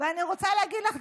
ואני רוצה להגיד לך,